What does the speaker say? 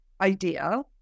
idea